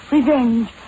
Revenge